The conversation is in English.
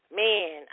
man